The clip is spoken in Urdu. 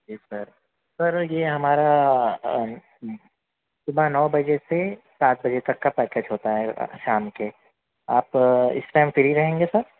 جی سر سر یہ ہمارا صبح نو بجے سے سات بجے تک کا پیکج ہوتا ہے شام کے آپ اِس ٹائم فری رہیں گے سر